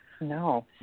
No